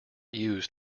used